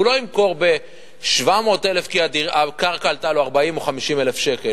הוא לא ימכור ב-700,000 כי הקרקע עלתה לו 40,000 או 50,000 שקל,